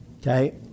Okay